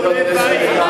קונה בית,